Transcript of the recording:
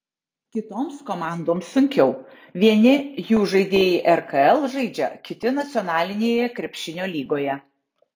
kitoms komandoms sunkiau vieni jų žaidėjai rkl žaidžia kiti nacionalinėje krepšinio lygoje